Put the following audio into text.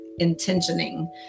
intentioning